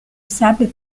sable